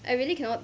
I really cannot